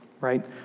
right